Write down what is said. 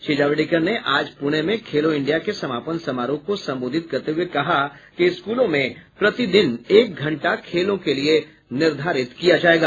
श्री जावडेकर ने आज पूणे में खेलो इंडिया के समापन समारोह को संबोधित करते हुए कहा कि स्कूलों में प्रतिदिन एक घंटा खेलों के लिए निर्धारित किया जाएगा